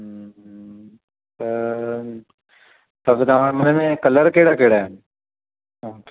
हूं हूं त त बि तव्हां हुनमें न कलर कहिड़ा कहिड़ा आहिनि तव्हां वटि